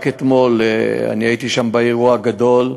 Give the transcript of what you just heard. רק אתמול אני הייתי שם, באירוע הגדול,